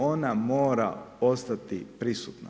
Ona mora ostati prisutna.